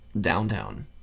downtown